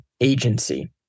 agency